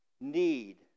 need